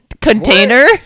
container